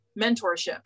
mentorship